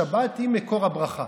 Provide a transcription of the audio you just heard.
השבת היא מקור הברכה.